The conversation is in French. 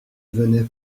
venais